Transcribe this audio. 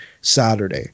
Saturday